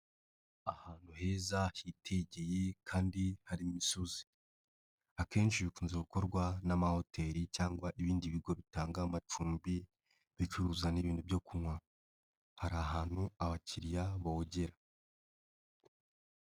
Ahantu heza hitigeye kandi hari imisozi, akenshi bikunze gukorwa n'amahoteli cyangwa ibindi bigo bitanga amacumbi bicuruza n'ibintu byo kunywa, hari ahantu abakiriya bogera.